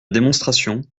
démonstration